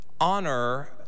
honor